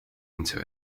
into